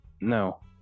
no